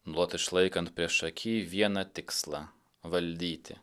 nuolat išlaikant priešaky vieną tikslą valdyti